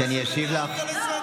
שאני אשיב לך?